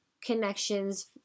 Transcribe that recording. connections